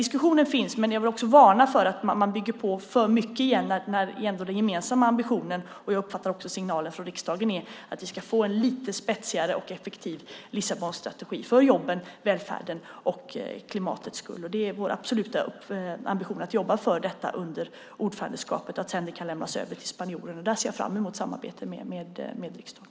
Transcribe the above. Diskussionen finns, men jag vill också varna för att bygga på för mycket när det gäller den gemensamma ambitionen. Jag uppfattar signalen från riksdagen så att vi behöver få en lite spetsigare men effektiv Lissabonstrategi för jobbens, välfärdens och klimatets skull. Det är vår absoluta ambition att jobba för det under ordförandeskapet så att det sedan kan lämnas över till spanjorerna. Där ser jag fram emot samarbetet med riksdagen.